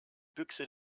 büchse